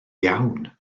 iawn